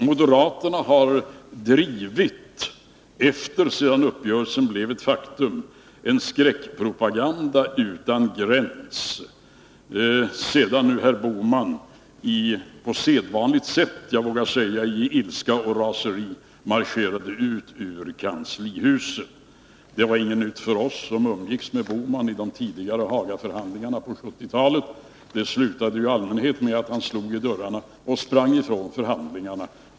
Moderaterna har, efter det att uppgörelsen blev ett faktum, drivit en skräckpropaganda utan gräns, sedan nu herr Bohman på sedvanligt sätt — jag vågar säga: i ilska och raseri — marscherat ut ur kanslihuset. Det var inget nytt för oss som umgicks med herr Bohman vid de tidigare Hagaförhandlingarna på 1970-talet. Det slutade i allmänhet med att han slog i dörrarna och sprang ifrån förhandlingarna.